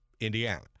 Indiana